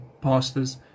pastors